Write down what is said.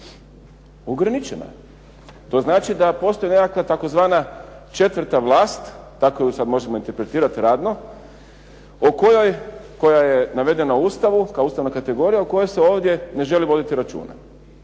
Ograničena je. To znači da postoji nekakva tzv. četvrta vlast tako ju sada možemo interpretirati radno koja je navedena u Ustavu kao ustavna kategorija o kojoj se ovdje ne želi voditi računa.